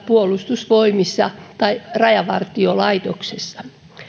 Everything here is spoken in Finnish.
puolustusvoimissa tai rajavartiolaitoksessa